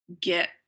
get